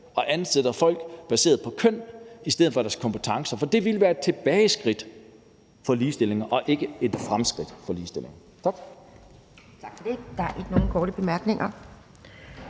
og ansætter folk baseret på køn i stedet for deres kompetencer, for det ville være et tilbageskridt for ligestillingen og ikke et fremskridt for ligestillingen.